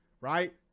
Right